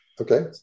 Okay